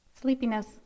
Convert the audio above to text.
Sleepiness